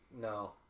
No